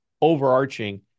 overarching